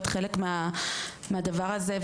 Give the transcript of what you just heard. להיות חלק מהדבר הזה,